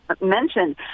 mentioned